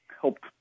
helped